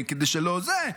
כדי שלא זה,